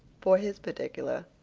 for his particular,